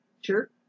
sure